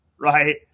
right